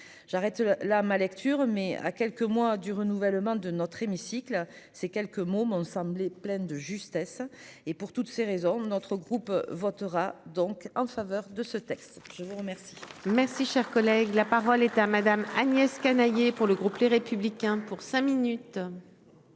j'arrête là ma lecture mais à quelques mois du renouvellement de notre hémicycle ces quelques mots m'ont semblé pleine de justesse et pour toutes ces raisons, notre groupe votera donc en faveur de ce texte. Je vous remercie. Merci, cher collègue, la parole est à madame Agnès Canayer pour le groupe Les Républicains pour cinq minutes.